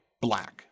black